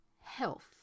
health